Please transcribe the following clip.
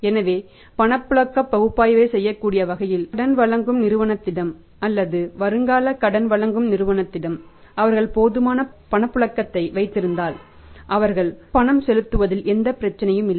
எனவே பணப்புழக்க பகுப்பாய்வை செய்யக்கூடிய வகையில் கடன் வாங்கும் நிறுவனத்திடம் அல்லது வருங்கால கடன் வாங்கும் நிறுவனத்திடம் அவர்கள் போதுமான பணப்புழக்கத்தை வைத்திருந்தால் அவர்கள் பணம் செலுத்துவதில் எந்த பிரச்சனையும் இல்லை